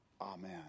Amen